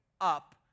up